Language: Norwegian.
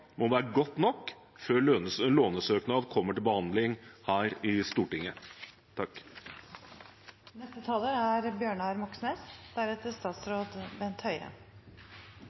må være godt nok før lånesøknaden kommer til behandling her i Stortinget.